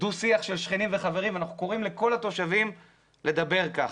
דו שיח של שכנים וחברים ואנחנו קוראים לכל התושבים לדבר כך.